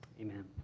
Amen